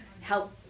help